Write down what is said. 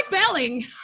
spelling